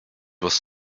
was